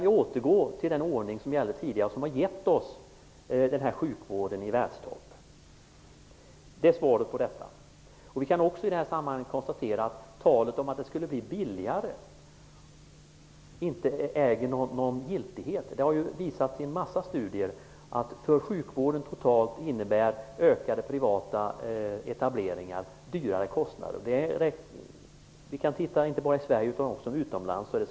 Vi återgår till den ordning som gällde tidigare och som gett oss en sjukvård i världstopp. Vi kan också i det här sammanhanget konstatera att talet om att det skulle bli billigare med fri etablering inte äger någon giltighet. Det har visats i en mängd studier att ökade privata etableringar för sjukvården totalt innebär större kostnader, inte bara i Sverige utan också utomlands.